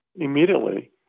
immediately